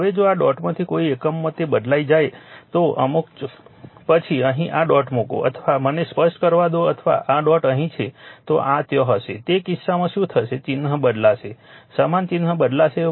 હવે જો આ ડોટમાંથી કોઈ એકમાં જો તે બદલાઈ જાય તો જો અમુક પછી અહીં આ ડોટ મૂકો અથવા મને સ્પષ્ટ કરવા દો અથવા આ ડોટ અહીં છે તો આ ત્યાં હશે તે કિસ્સામાં શું થશે ચિહ્ન બદલાશે સમાન ચિહ્ન બદલાશે